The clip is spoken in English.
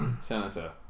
Senator